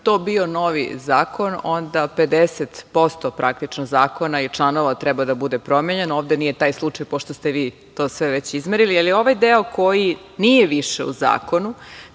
to bio novi zakon onda 50% praktično zakona i članova treba da bude promenjeno. Ovde nije taj slučaj, pošto ste vi to sve već izmerili. Ovaj deo koji nije više u zakonu